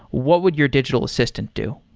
what would your digital assistant do?